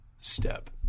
step